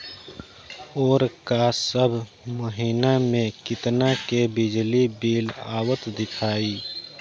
ओर का सब महीना में कितना के बिजली बिल आवत दिखाई